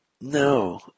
No